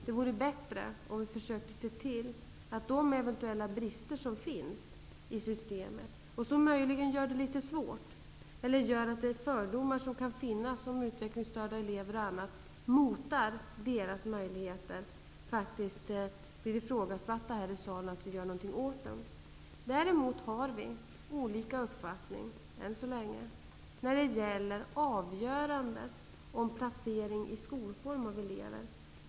Det vore bättre om vi försökte se till att de eventuella brister som finns i systemet blir belysta här i kammaren och att vi gör någonting åt dem, brister som möjligen kan innebära att de fördomar som kan finnas om bl.a. utvecklingsstörda elever minskar deras möjligheter. Än så länge har vi olika uppfattning när det gäller avgörandet om placering av elever i viss skolform.